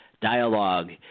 dialogue